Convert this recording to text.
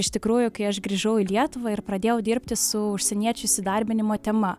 iš tikrųjų kai aš grįžau į lietuvą ir pradėjau dirbti su užsieniečių įsidarbinimo tema